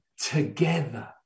together